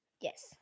Yes